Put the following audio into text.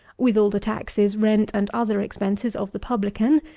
with all the taxes, rent, and other expenses of the publican,